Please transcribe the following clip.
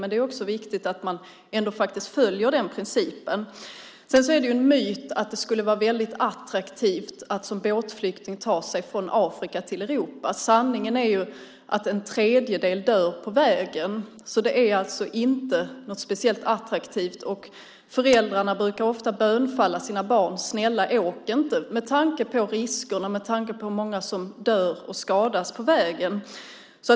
Men det är viktigt att ändå följa den här principen. Sedan är det en myt att det är väldigt attraktivt att som båtflykting ta sig från Afrika till Europa. Sanningen är att en tredjedel av båtflyktingarna dör på vägen. Det här är alltså inte speciellt attraktivt. Föräldrarna bönfaller ofta sina barn och säger: Snälla, åk inte med tanke på riskerna och med tanke på hur många som dör och skadas på vägen!